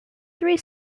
three